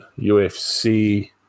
UFC